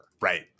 Right